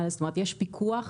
יש פיקוח